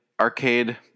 arcade